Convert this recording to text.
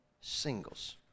singles